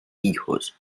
hijos